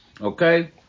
Okay